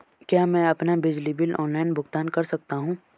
क्या मैं अपना बिजली बिल ऑनलाइन भुगतान कर सकता हूँ?